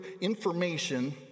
information